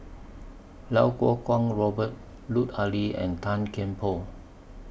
Lau Kuo Kwong Robert Lut Ali and Tan Kian Por